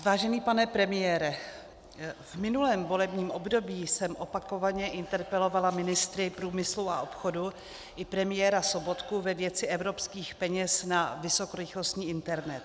Vážený pane premiére, v minulém volebním období jsem opakovaně interpelovala ministry průmyslu a obchodu i premiéra Sobotku ve věci evropských peněz na vysokorychlostní internet.